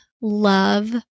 love